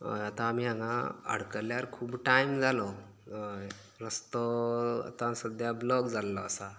हय आतां आमी हांगा आडकल्यार खूब टायम जालो हय रस्तो आतां सद्द्या ब्लाॅक जाल्लो आसा